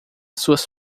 suas